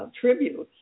tributes